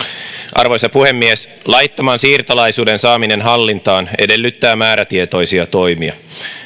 arvoisa puhemies laittoman siirtolaisuuden saaminen hallintaan edellyttää määrätietoisia toimia